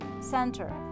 Center